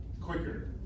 quicker